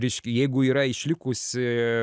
reiškia jeigu yra išlikusi